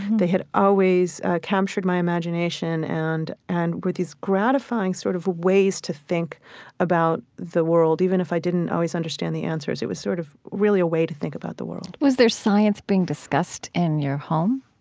they had always captured my imagination, and and with these gratifying sort of ways to think about the world. even if i didn't always understand the answers, it was sort of really a way to think about the world was there science being discussed in your home?